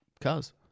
Cars